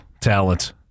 talent